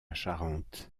charente